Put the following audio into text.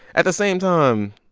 at the same time,